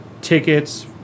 tickets